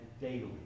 daily